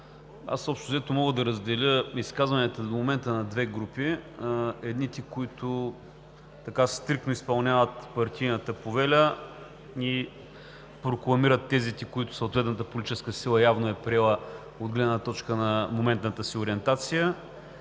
Общо взето мога да разделя изказванията до момента на две групи. Едните стриктно изпълняват партийната повеля и прокламират тезите, които съответната политическа сила явно е приела от гледна точка на моментната си ориентация,